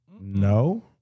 No